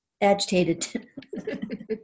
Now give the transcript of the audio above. agitated